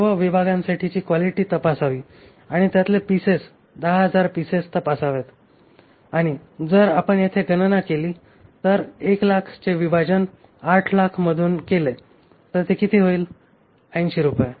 सर्व विभागांसाठीची क्वालिटी तपासावी आणि त्यातले पिसेस 10000 पिसेस तपासावेत आणि जर आपण येथे गणना केली तर 100000 चे विभाजन 800000 मधून केले तर हे किती होईल 80 रुपये